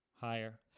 Higher